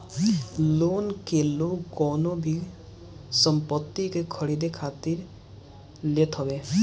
loan के लोग कवनो भी संपत्ति के खरीदे खातिर लेत हवे